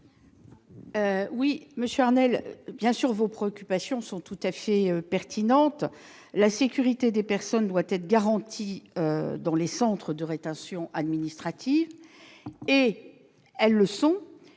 ? Monsieur Arnell, vos préoccupations sont, bien sûr, tout à fait pertinentes. La sécurité des personnes doit être garantie dans les centres de rétention administrative. Et elle l'est,